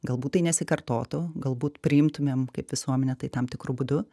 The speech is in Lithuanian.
galbūt tai nesikartotų galbūt priimtumėm kaip visuomenė tai tam tikru būdu